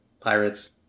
pirates